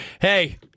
hey